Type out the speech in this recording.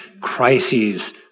crises